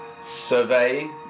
survey